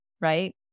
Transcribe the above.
right